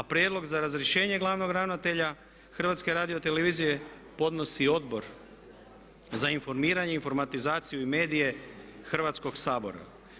A prijedlog za razrješenje glavnog ravnatelja HRT-a podnosi Odbor za informiranje, informatizaciju i medije Hrvatskoga sabora.